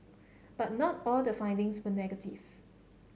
but not all the findings were negative